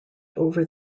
over